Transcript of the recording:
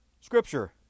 scripture